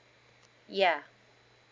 ya